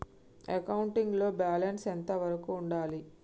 Accounting లో balance ఎంత వరకు ఉండాలి?